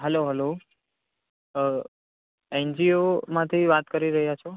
hello hello અ એનજીઓમાંથી વાત કરી રહ્યા છો